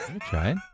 Try